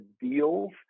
deals